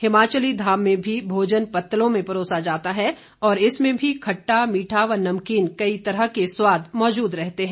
हिमाचली धाम में भी भोजन पत्तलों में परोसा जाता है और इसमें भी खट्टा मीठा व नमकीन कई तरह के स्वाद मौजूद रहते हैं